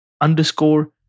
underscore